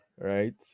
Right